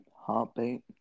Heartbeat